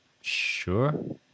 sure